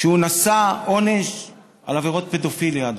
לאחר שנשא עונש על עבירות פדופיליה,